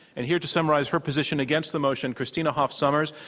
and here to summarize her position against the motion, christina hoff sommers,